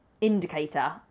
indicator